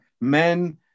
men